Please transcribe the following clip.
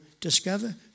discover